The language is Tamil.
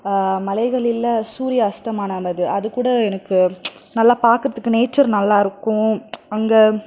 மலைகளில் சூரிய அஸ்தமானாமானது அது கூட எனக்கு நல்லா பார்க்கறதுக்கு நேச்சர் நல்லா இருக்கும் அங்கே